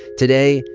today,